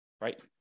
right